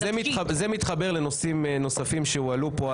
זה מתחבר לנושאים נוספים שהועלו פה,